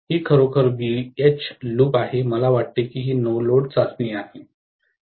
ही खरोखर BH loop आहे मला वाटते की ही नो लोड चाचणी आहे